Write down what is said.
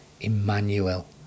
Emmanuel